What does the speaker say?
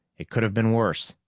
it could have been worse.